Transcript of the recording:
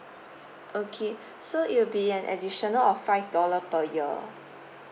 okay so it will be an additional of five dollar per year